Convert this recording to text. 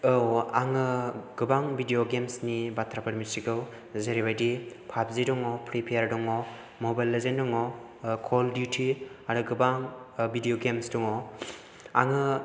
औ आङो गोबां भिडिय' गेम्सनि बाथ्राफोर मिन्थिगौ जेरैबायदि पाबजि दङ फ्रि फायार दङ मबाइल लेजेन्ड दङ कल डिउटि आरो गोबां भिडिय' गेम्स दङ आङो